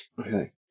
Okay